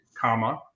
comma